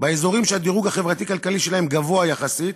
באזורים שהדירוג חברתי-כלכלי שלהם גבוה יחסית